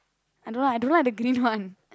I don't know I don't like the green one